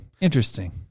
interesting